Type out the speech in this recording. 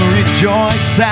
rejoice